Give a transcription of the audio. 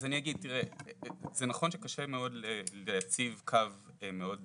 זה נכון שקשה מאוד להציב קו מאוד נחרץ,